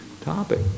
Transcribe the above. topic